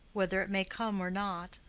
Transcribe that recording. whether it may come or not,